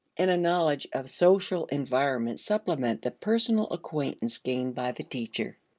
and a knowledge of social environment supplement the personal acquaintance gained by the teacher.